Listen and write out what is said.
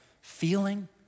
feeling